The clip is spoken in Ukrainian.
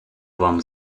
вам